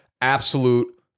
absolute